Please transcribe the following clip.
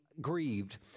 grieved